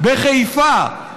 בחיפה,